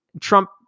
Trump